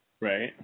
Right